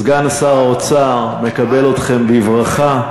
סגן שר האוצר, מקבל אתכם בברכה.